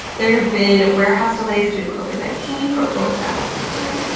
there have been warehouse delays due to covid nineteen but we're going as fast as we can!